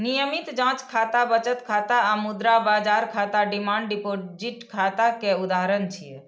नियमित जांच खाता, बचत खाता आ मुद्रा बाजार खाता डिमांड डिपोजिट खाता के उदाहरण छियै